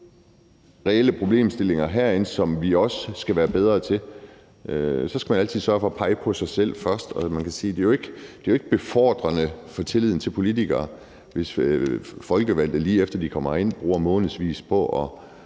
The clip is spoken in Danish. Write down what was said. reelle problemstillinger herinde, som vi også skal være bedre til at håndtere, skal man altid sørge for at pege på sig selv først. Og man kan sige, at det jo ikke er befordrende for tilliden til politikere, hvis folkevalgte, lige efter de kommer herind, bruger månedsvis på at